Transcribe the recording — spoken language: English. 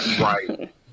Right